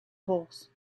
horse